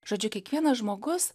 žodžiu kiekvienas žmogus